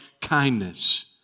kindness